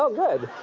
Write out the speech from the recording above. ah good.